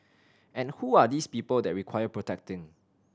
and who are these people that require protecting